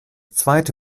zweite